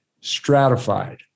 stratified